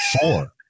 Four